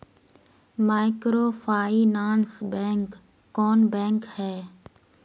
Microfinance bank कौन bank है?